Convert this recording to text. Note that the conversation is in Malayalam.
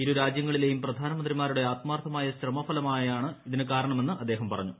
ഇരുരാജ്യങ്ങളിലെയും പ്രധാനമന്ത്രിമാരുടെ ആത്മാർത്ഥമായ ശ്രമഫലമാണ് ഇതിന് കാരണമെന്ന് അദ്ദേഹം പറഞ്ഞു